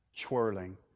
twirling